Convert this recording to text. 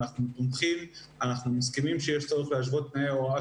אנחנו מסכימים שיש צורך להשוות תנאי ההוראה